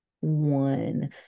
one